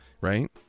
right